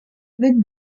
the